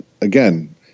again